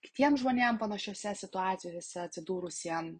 kitiems žmonėm panašiose situacijose atsidūrusiem